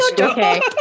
Okay